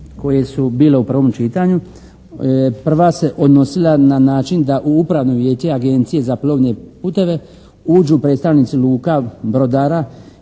koje su bile u prvom čitanju prva se odnosila na način da u upravno vijeće Agencije za plovne puteve uđu predstavnici luka, brodara